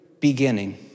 beginning